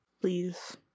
Please